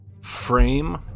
frame